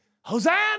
Hosanna